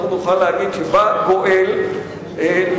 נוכל להגיד שבא גואל למחוזותינו.